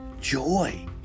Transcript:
joy